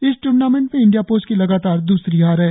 इस टूर्नामेंट में India Post की लगातार दूसरी हार है